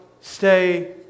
stay